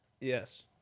Yes